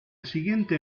siguiente